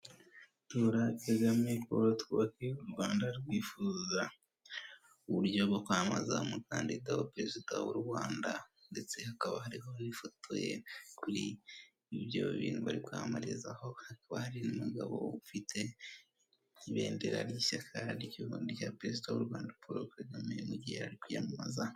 Tora Kagame Poro twubake u Rwanda twifuza, uburyo bwo kwamamaza umukandinda wa perezida w'u Rwanda, ndetse hakaba hariho n'ifoto ye kuri ibyo bintu bari kwamamarizaho, hakaba hari n'umugabo ufite ibendera ry'ishyaka ry'ubuntu rya perezida Poro Kagame, mu gihe ari kwiyamamaza.